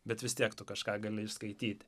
bet vis tiek tu kažką gali išskaityti